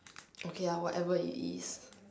okay ah whatever it is